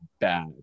bad